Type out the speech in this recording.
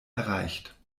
erreicht